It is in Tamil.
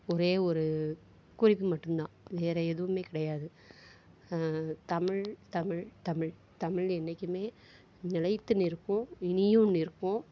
ஒரே ஒரு குறிப்பு மட்டும் தான் வேறு எதுவுமே கிடையாது தமிழ் தமிழ் தமிழ் தமிழ் என்னைக்குமே நிலைத்து நிற்கும் இனியும் நிற்கும்